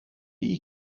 die